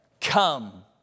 come